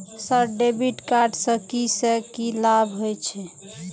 Sir debit card से की से की लाभ हे छे?